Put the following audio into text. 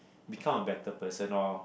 become a better person or